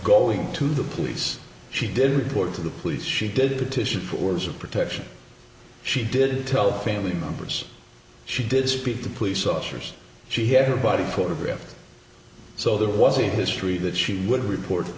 going to the police she did go to the police she did the titian orders of protection she did tell family members she did speak to police officers she had her body photographed so there was a history that she would report